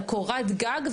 על קורת גג,